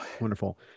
Wonderful